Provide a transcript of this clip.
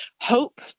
hope